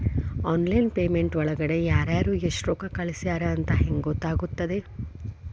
Online payment ಒಳಗಡೆ ಯಾರ್ಯಾರು ಎಷ್ಟು ರೊಕ್ಕ ಕಳಿಸ್ಯಾರ ಅಂತ ಹೆಂಗ್ ಗೊತ್ತಾಗುತ್ತೆ?